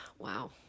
Wow